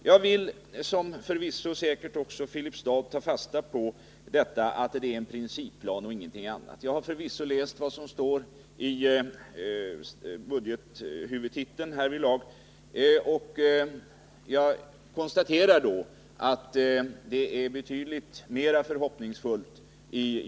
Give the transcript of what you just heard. Jag vill, som säkert också den kommunala ledningen i Filipstad, ta fasta på att det är en principplan och ingenting annat. Jag har förvisso läst vad som står i budgethuvudtiteln, och jag konstaterar att justitieministerns svar till mig är betydligt mera hoppingivande.